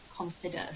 consider